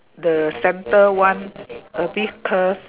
the centre one a bit curve